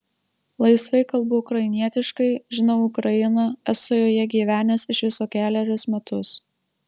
laisvai kalbu ukrainietiškai žinau ukrainą esu joje gyvenęs iš viso kelerius metus